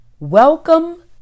Welcome